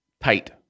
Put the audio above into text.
tight